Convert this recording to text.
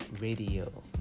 Radio